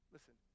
Listen